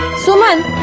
suman,